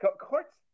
courts